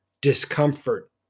discomfort